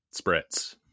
spritz